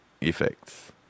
effects